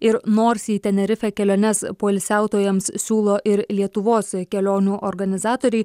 ir nors į tenerifę keliones poilsiautojams siūlo ir lietuvos kelionių organizatoriai